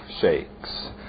shakes